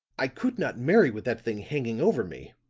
i could not marry with that thing hanging over me.